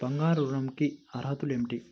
బంగారు ఋణం కి అర్హతలు ఏమిటీ?